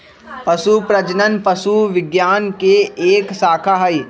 पशु प्रजनन पशु विज्ञान के एक शाखा हई